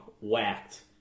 whacked